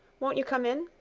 won't you come in?